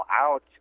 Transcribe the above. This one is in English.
out